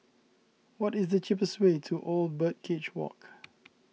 what is the cheapest way to Old Birdcage Walk